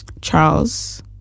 charles